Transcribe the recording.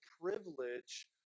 privilege